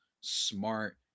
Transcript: smart